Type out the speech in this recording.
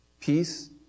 peace